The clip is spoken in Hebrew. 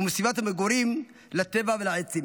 ומסביבת המגורים, לטבע ולעצים.